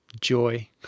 Joy